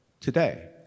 today